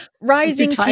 Rising